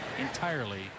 entirely